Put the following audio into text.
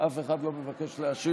אף אחד לא מבקש להשיב,